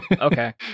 Okay